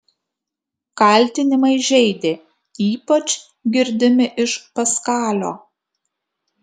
kaltinimai žeidė ypač girdimi iš paskalio